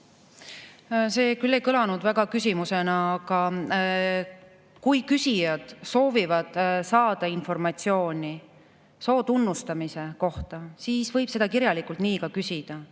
See küll ei kõlanud väga küsimusena. Kui küsijad soovivad saada informatsiooni soo tunnustamise kohta, siis võib seda kirjalikult nii ka küsida.